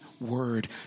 word